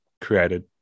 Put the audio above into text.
created